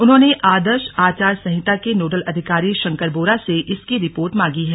उन्होंने आदर्श आचार संहिता के नोडल अधिकारी शंकर बोरा से इसकी रिपोर्ट मांगी है